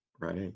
Right